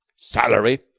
salary?